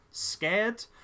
scared